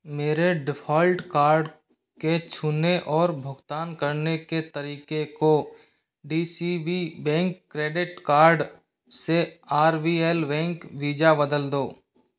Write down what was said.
मेरे default card के छूने और भुगतान करने के तरीके को D C B bank credit card से R B L bank Visa बदल दो